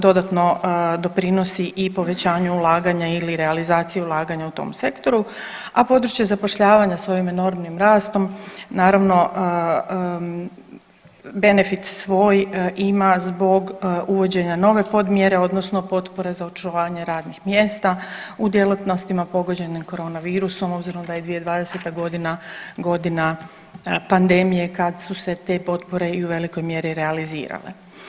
dodatno doprinosi i povećanju ulaganja ili realizaciji ulaganja u tom sektoru, a područje zapošljavanja s ovim enormnim rastom naravno benefit svoj ima zbog uvođenja nove podmjere odnosno potpore za očuvanje radnih mjesta u djelatnostima pogođenim koronavirusom obzirom da je 2020.g. godina pandemije kad su se te potpore i u velikoj mjeri realizirale.